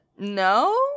No